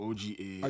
Oga